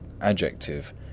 adjective